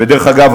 דרך אגב,